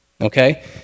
Okay